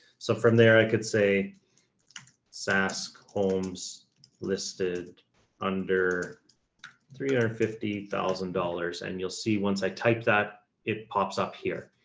so from there, i could say sask homes listed under three hundred and fifty thousand dollars, and you'll see once i type that it pops up here.